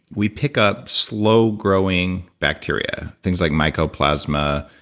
we pick up slow growing bacteria, things like micro plasma,